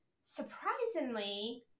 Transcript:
surprisingly